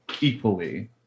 equally